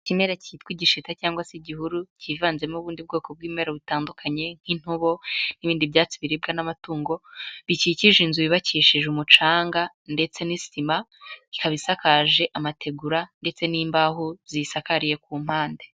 Ikimera cyitwa igishita cyangwa se igihuru kivanzemo ubundi bwoko bw'ibimera butandukanye nk'intobo n'ibindi byatsi biribwa n'amatungo, bikikije inzu yubakishije umucanga ndetse n'isima, ikaba isakaje amategura ndetse n'imbaho ziyisakariye ku mpande.